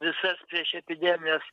visas priešepidemines